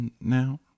now